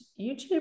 youtube